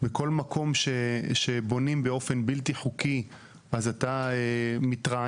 בכל מקום שבונים באופן בלתי חוקי אז אתה מתרעם